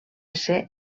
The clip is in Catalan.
ser